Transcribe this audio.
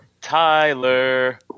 tyler